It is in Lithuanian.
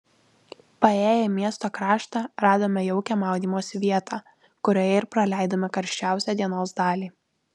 paėję į miesto kraštą radome jaukią maudymosi vietą kurioje ir praleidome karščiausią dienos dalį